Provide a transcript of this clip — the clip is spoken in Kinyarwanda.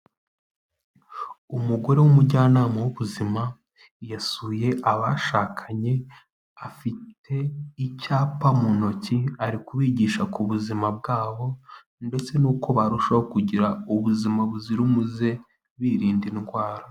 Umugore w'umujyanama w'ubuzima yasuye abashakanye afite icyapa mu ntoki ari kubigisha ku buzima bwabo ndetse n'uko barushaho kugira ubuzima buzira umuze birinda indwara.